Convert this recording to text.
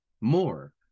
more